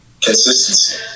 Consistency